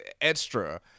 extra